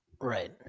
Right